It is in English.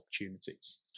opportunities